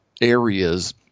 areas